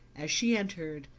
as she entered,